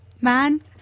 man